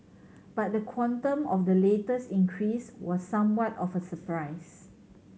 but the quantum of the latest increase was somewhat of a surprise